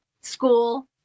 school